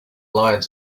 lions